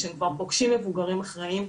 והם כבר פוגשים מבוגרים אחראיים,